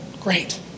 Great